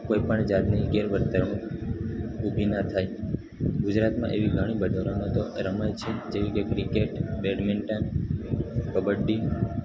કોઈપણ જાતની ગેરવર્તણૂક ઊભી ન થાય ગુજરાતમાં એવી ઘણી બધી રમતો રમાય છે જેવી કે ક્રિકેટ બૅડમિન્ટન કબડ્ડી